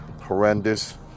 horrendous